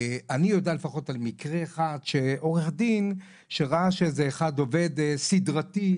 אני יודע לפחות על מקרה אחד שעו"ד שראה שאיזה אחד "עובד סדרתי",